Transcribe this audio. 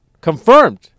Confirmed